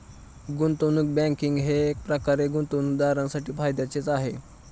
गुंतवणूक बँकिंग हे एकप्रकारे गुंतवणूकदारांसाठी फायद्याचेच आहे